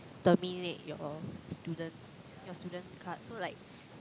terminate your student student card so like